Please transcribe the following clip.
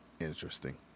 Interesting